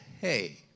Hey